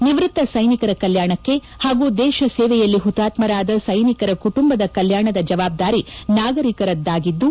ನಿವೃತ್ತ ಸೈನಿಕರ ಕಲ್ಡಾಣಕ್ಕೆ ಹಾಗೂ ದೇತ ಸೇವೆಯಲ್ಲಿ ಹುತಾತ್ತರಾದ ಸೈನಿಕರ ಕುಟುಂಬದ ಕಲ್ಕಾಣದ ಜವಾಬ್ದಾರಿ ನಾಗರಿಕರದ್ದಾಗಿದ್ದು